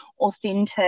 authentic